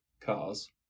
cars